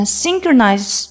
synchronize